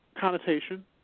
connotation